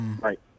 Right